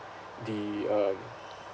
the um